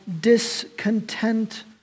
discontent